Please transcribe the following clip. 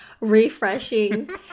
refreshing